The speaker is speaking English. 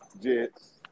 Jets